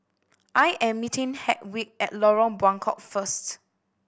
I am meeting Hedwig at Lorong Buangkok first